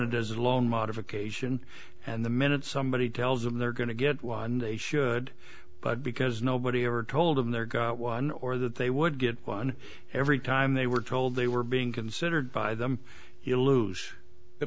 wanted as loan modification and the minute somebody tells them they're going to get one should but because nobody ever told them their got one or that they would get one every time they were told they were being considered by them you lose the